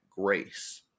grace